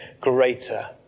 greater